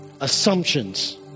assumptions